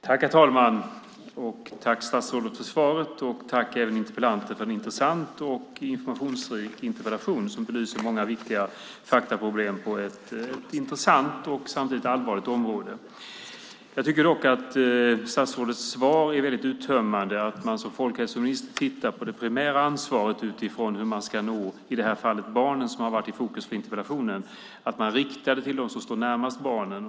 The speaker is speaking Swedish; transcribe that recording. Herr talman! Jag tackar statsrådet för svaret och interpellanten för en intressant och informationsrik interpellation, som belyser många viktiga faktaproblem på ett intressant och samtidigt allvarligt område. Jag tycker dock att statsrådets svar är väldigt uttömmande. Som folkhälsominister tittar man på det primära ansvaret för hur man ska nå barnen, som har varit i fokus för interpellationen i det här fallet. Man riktar det till dem som står närmast barnen.